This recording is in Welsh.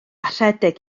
rhedeg